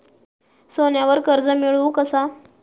सोन्यावर कर्ज मिळवू कसा?